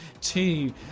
two